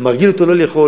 אתה מרגיל אותו לא לאכול,